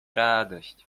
radość